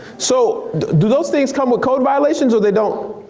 so do those things come with code violations or they don't?